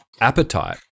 appetite